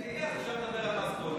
אז ברגע שזה יהיה, אפשר לדבר על מס גודש.